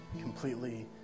completely